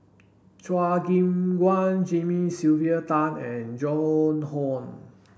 Chua Gim Guan Jimmy Sylvia Tan and Joan Hon